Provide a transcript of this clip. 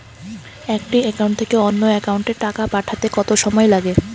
একটি একাউন্ট থেকে অন্য একাউন্টে টাকা পাঠাতে কত সময় লাগে?